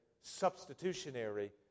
substitutionary